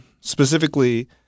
specifically